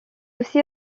aussi